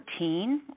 14